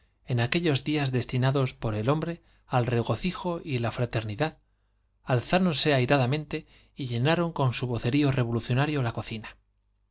en aquellos días destinados por el hombre al y á la fraternidad alzáronse regocijo airada mente y llenaron con su vocerío revolucionario la cocina